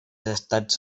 estats